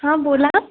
हा बोला